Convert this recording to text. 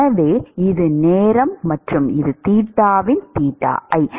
எனவே இது நேரம் மற்றும் இது தீட்டாவின் தீட்டா i